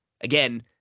again